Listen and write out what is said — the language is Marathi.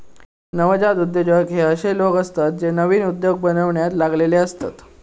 नवजात उद्योजक हे अशे लोक असतत जे नवीन उद्योग बनवण्यात लागलेले असतत